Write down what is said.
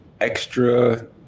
extra